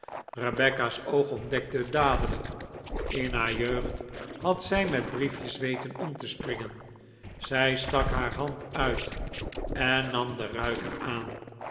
rebecca's oog ontdekte het dadelijk in haar jeugd had zij met briefjes weten om te springen zij stak haar hand uit en nam den ruiker aan